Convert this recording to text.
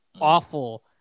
awful